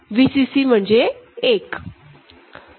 Vcc म्हणजे 1